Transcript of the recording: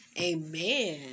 Amen